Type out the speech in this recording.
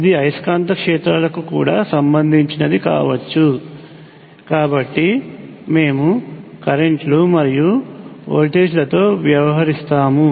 ఇది అయస్కాంత క్షేత్రాలకు కూడా సంబంధించినది కావచ్చు కాబట్టి మేము కరెంట్ లు మరియు వోల్టేజ్లతో వ్యవహరిస్తాము